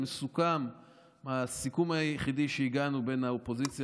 הסיכום היחידי שהגענו אליו בין האופוזיציה